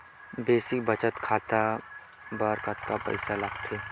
Basic बचत खाता बर कतका पईसा लगथे?